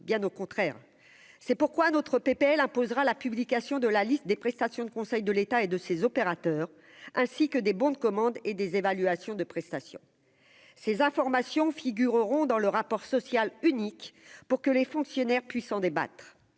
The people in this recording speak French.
bien au contraire, c'est pourquoi notre PPL imposera la publication de la liste des prestations de conseil de l'État et de ses opérateurs ainsi que des bons de commande et des évaluations de prestations ces informations figureront dans le rapport social unique pour que les fonctionnaires puissent en débattre